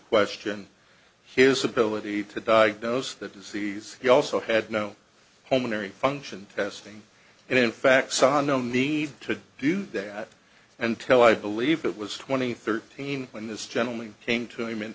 question his ability to diagnose the disease he also had no home unary function testing and in fact saw no need to do that until i believe it was twenty thirteen when this gentleman came to him and